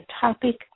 topic